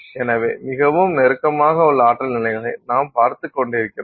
எனவே மிகவும் நெருக்கமாக உள்ள ஆற்றல் நிலைகளை நாம் பார்த்துக் கொண்டிருக்கிறோம்